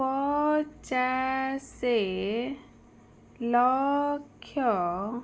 ପଚାଶେ ଲକ୍ଷ